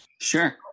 Sure